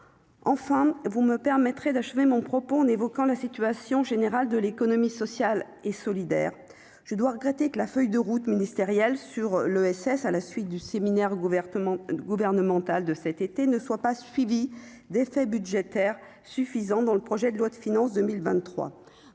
enfin, vous me permettrez d'achever mon propos en évoquant la situation générale de l'économie sociale et solidaire, je dois regretter que la feuille de route ministérielle sur l'ESS à la suite du séminaire gouvernement-gouvernementale de cet été ne soit pas suivi d'effets budgétaires suffisantes dans le projet de loi de finances 2023